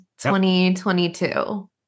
2022